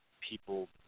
people